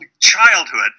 childhood